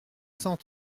cent